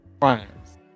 crimes